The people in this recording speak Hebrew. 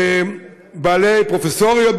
פרופסוריות,